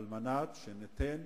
על מנת שניתן